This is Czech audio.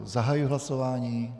Zahajuji hlasování.